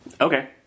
Okay